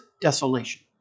desolation